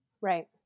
Right